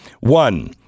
one